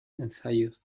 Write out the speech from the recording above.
ensayos